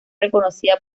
reconocida